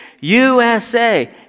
USA